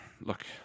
Look